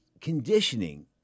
conditioning